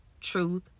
truth